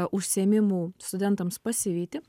užsiėmimų studentams pasivyti